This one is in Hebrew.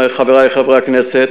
חברי חברי הכנסת,